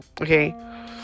Okay